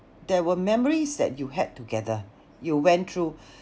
there were memories that you had together you went through